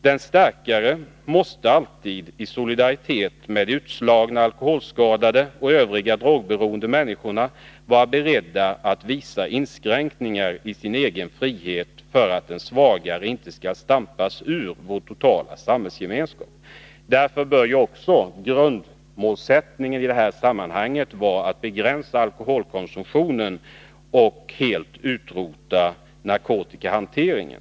De starkare måste i solidaritet med de utslagna alkoholskadade och de övriga drogberoende människorna vara beredda att acceptera inskränkningar i sin egen frihet för att de svagare inte skall uteslutas ur vår totala samhällsgemenskap. Därför bör grundmålsättningen i det här sammanhanget vara att begränsa alkoholkonsumtionen och helt utrota narkotikahanteringen.